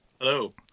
Hello